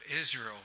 Israel